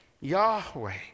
Yahweh